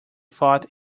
fought